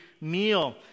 meal